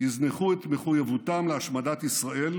יזנחו את מחויבותם להשמדת ישראל